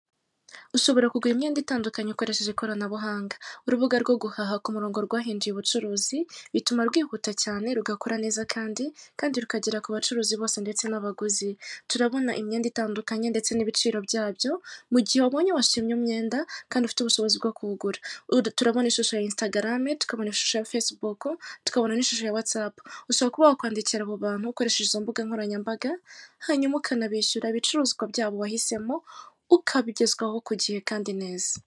Ushobora kugura imyenda itandukanye ukoresheje ikoranabuhanga, urubuga rwo guhaha ku murongo rwahinduye ubucuruzi bituma rwihuta cyane rugakorra neza kandi rukagera ku bacuruzi bose ndetse n'abaguzi, turabona imyenda itandukanye ndetse n'ibiciro byabyo mu gihe wabonye washimye umwenda kandi ufite ubushobozi bwo kuwugura, turabona ishusho ya Insitagarame, tukabona ishusho ya Fesibuku, tukabona n'ishusho ya Watsapu, ushobora kuba wakandikira abo bantu ukoresheje izo mbuga nkoranyambaga hanyuma ukanabishyura ibicuruzwa byabo wahisemo ukabigezwaho ku gihe kandi neza.